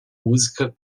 música